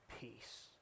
peace